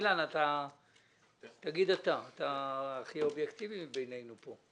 אילן, אתה הכי אובייקטיבי בינינו פה.